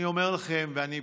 אני אומר לכם, ואללה,